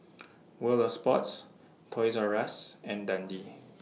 World of Sports Toys R US and Dundee